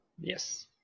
Yes